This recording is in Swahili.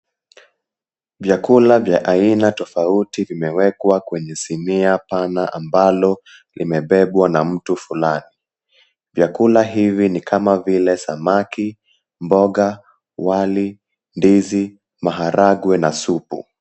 Vyakula vya aina tofauti vimewekwa kwenye sinia pana ambalo limebebwa na mtu fulani, vyakula hivi ni kama vile: samaki, mboga, wali, ndizi, maharagwe na supu.